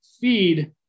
feed